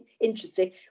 interesting